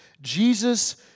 Jesus